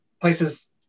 places